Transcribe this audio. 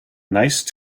nice